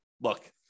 look